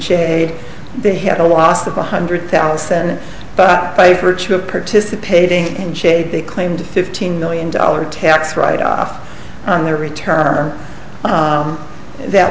shade they had a loss of one hundred thousand senate but by virtue of participating in shade they claimed fifteen million dollars tax write off on their return or that